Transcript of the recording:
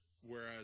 whereas